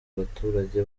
abaturage